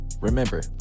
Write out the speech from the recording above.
Remember